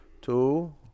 two